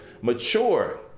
mature